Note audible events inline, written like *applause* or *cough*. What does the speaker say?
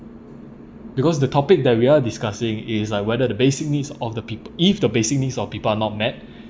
because the topic that we are discussing is like whether the basic needs of the peop~ if the basic needs of people are not met *breath*